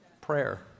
prayer